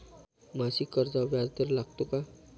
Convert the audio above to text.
मासिक कर्जावर व्याज दर लागतो का?